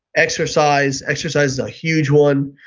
exercise. exercise is a huge one.